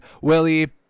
Willie